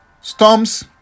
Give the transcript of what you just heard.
storms